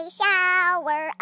shower